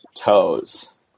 toes